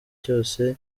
cyose